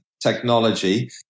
technology